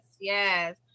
yes